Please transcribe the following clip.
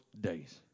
days